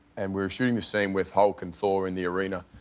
and we were shooting the scene with hulk and thor in the arena.